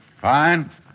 Fine